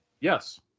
yes